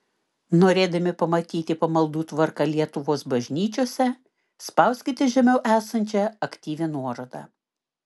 norėdami pamatyti pamaldų tvarką lietuvos bažnyčiose spauskite žemiau esančią aktyvią nuorodą